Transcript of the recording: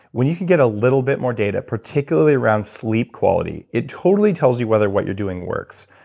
when you can get a little bit more data particularly around sleep quality, it totally tells you whether what you're doing works.